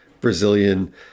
Brazilian